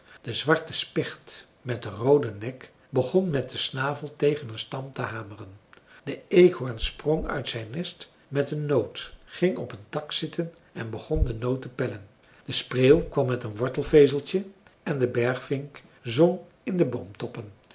de zwarte specht met den rooden nek begon met den snavel tegen een stam te hameren de eekhoorn sprong uit zijn nest met een noot ging op een tak zitten en begon de noot te pellen de spreeuw kwam met een wortelvezeltje en de bergvink zong in de boomtoppen